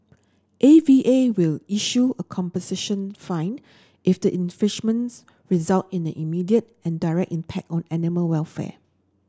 A V A will issue a composition fine if the infringements result in an immediate and direct impact on animal welfare